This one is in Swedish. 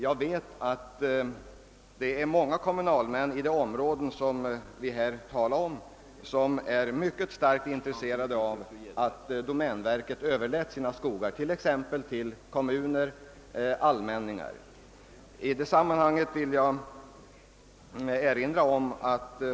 Jag vet att många kommunalmän i de områden vi här talar om har ett mycket starkt intresse av att domänverket överlåter sina skogar till exempelvis kommuner och allmänningar.